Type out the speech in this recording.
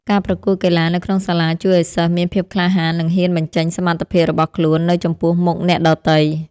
ការប្រកួតកីឡានៅក្នុងសាលាជួយឱ្យសិស្សមានភាពក្លាហាននិងហ៊ានបញ្ចេញសមត្ថភាពរបស់ខ្លួននៅចំពោះមុខអ្នកដទៃ។